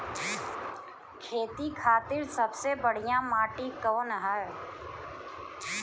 खेती खातिर सबसे बढ़िया माटी कवन ह?